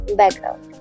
background